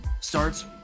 starts